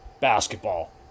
basketball